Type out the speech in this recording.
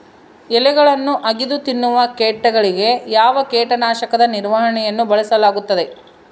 ಎಲೆಗಳನ್ನು ಅಗಿದು ತಿನ್ನುವ ಕೇಟಗಳಿಗೆ ಯಾವ ಕೇಟನಾಶಕದ ನಿರ್ವಹಣೆಯನ್ನು ಬಳಸಲಾಗುತ್ತದೆ?